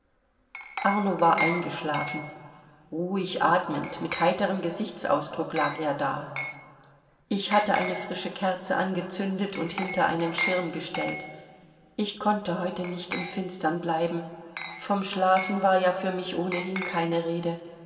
arno war eingeschlafen ruhig atmend mit heiterem gesichtsausdruck lag er da ich hatte eine frische kerze angezündet und hinter einen schirm gestellt ich konnte heute nicht im finstern bleiben von schlafen war ja für mich ohnehin keine rede